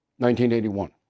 1981